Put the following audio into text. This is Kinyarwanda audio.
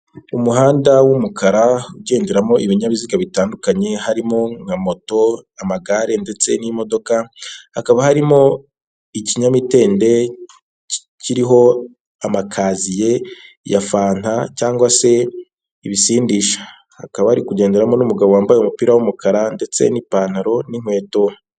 Umuhanda w'umukara ugenderamo ibinyabiziga bitandukanye, harimo nka moto amagare ndetse n'imodoka, hakaba harimo ikinyamitende kikiriho amakaziye ya fanta cyangwa se ibisindisha, akaba ari kugenderamo n'umugabo wambaye umupira w'umukara ndetse n'ipantaro n'inkweto.